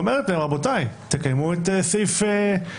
כדי להבין מדוע הגענו למצב שאנחנו נזקקים להצעת החוק הזאת.